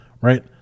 Right